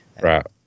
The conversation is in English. Right